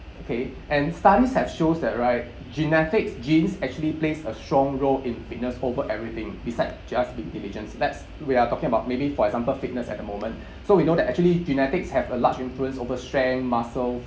okay and studies have shows that right genetics genes actually plays a strong role in fitness over everything beside just be diligence that's we are talking about maybe for example fitness at the moment so we know that actually genetics have a large influence over strength muscle